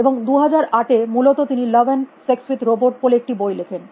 এবং 2008 এ মূলত তিনি love and sex with robot বলে একটি বই লেখেন